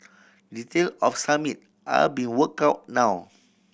detail of Summit are are be work out now